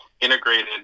integrated